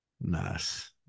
nice